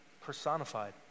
personified